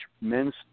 men's